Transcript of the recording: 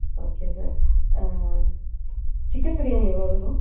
okay sir chicken biryani எவ்வளோ வரும்